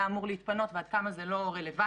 אמור להתפנות ועד כמה זה לא רלוונטי.